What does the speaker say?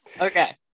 Okay